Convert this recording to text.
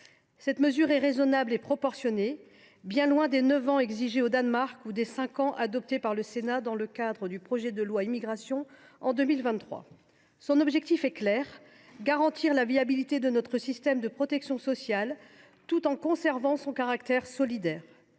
Cette mesure est raisonnable et proportionnée, bien loin des neuf ans exigés au Danemark ou des cinq ans proposés par le Sénat dans le projet de loi Immigration en 2023. L’objectif est clair : garantir la viabilité de notre système de protection sociale tout en conservant son caractère solidaire.